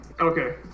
Okay